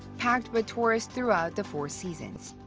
packed with tourists throughout the four seasons.